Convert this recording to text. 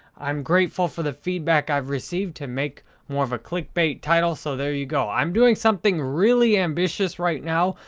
i'm grateful for the feedback i've received to make more of a click-bait title, so there you go. i'm doing something really ambitious right now.